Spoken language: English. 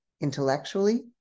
intellectually